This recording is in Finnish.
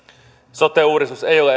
sote uudistus ei ole